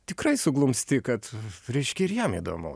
tikrai suglumsti kad ryškia ir jam įdomu